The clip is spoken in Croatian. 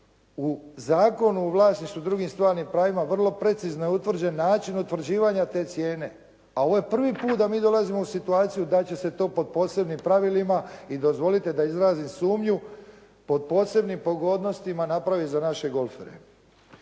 u Zakonu o vlasništvu i drugim stvarnim pravima vrlo precizno je utvrđen način utvrđivanja te cijene, a ovo je prvi puta da mi dolazimo u situaciju da će se to pod posebnim pravilima i dozvolite da izrazim sumnju, pod posebnim pogodnostima napraviti za naše golfere.